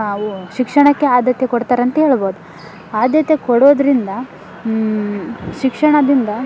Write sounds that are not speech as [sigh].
[unintelligible] ಶಿಕ್ಷಣಕ್ಕೆ ಆದ್ಯತೆ ಕೊಡ್ತಾರಂತ ಹೇಳ್ಬೋದು ಆದ್ಯತೆ ಕೊಡೋದರಿಂದ ಶಿಕ್ಷಣದಿಂದ